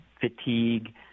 fatigue